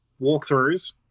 Walkthroughs